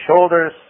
shoulders